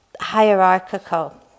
hierarchical